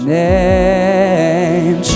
name